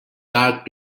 dark